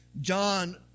John